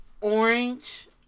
orange